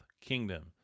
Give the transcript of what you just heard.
kingdom